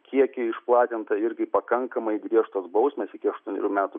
kiekį išplatintą irgi pakankamai griežtos bausmės iki aštuonerių metų